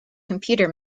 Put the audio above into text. computer